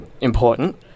important